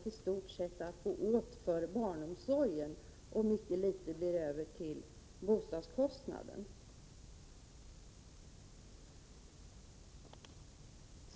förstå, att i stort sett gå åt till barnomsorg, och mycket litet blir över till bostadskostnaden.